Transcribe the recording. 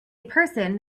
person